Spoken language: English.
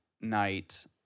night